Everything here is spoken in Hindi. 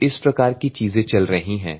तो इस प्रकार की चीज़ें चल रही है